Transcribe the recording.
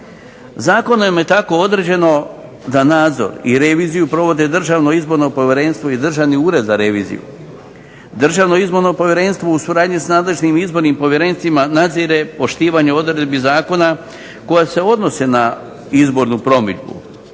Zakonom je tako određeno da nadzor i reviziju provode DIP i Državni ured za reviziju. DIP u suradnji sa nadležnim izbornim povjerenstvima nadzire poštivanje odredbi zakona koja se odnose na izbornu promidžbu.